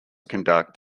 conduct